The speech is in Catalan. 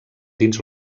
dins